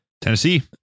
Tennessee